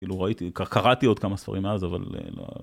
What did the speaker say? כאילו ראיתי, קראתי עוד כמה ספרים מאז, אבל לא.